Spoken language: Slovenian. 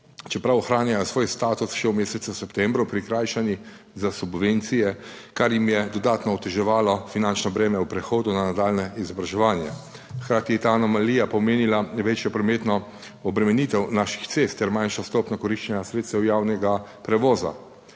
čeprav ohranjajo svoj status, še v mesecu septembru prikrajšani za subvencije, kar jim je dodatno oteževalo finančno breme ob prehodu na nadaljnje izobraževanje. Hkrati je ta anomalija pomenila večjo prometno obremenitev naših 19. TRAK: (NB) – 14.30 (Nadaljevanje) cest ter manjšo stopnjo koriščenja sredstev javnega prevoza.